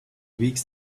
weeks